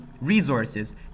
resources